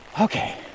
Okay